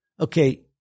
Okay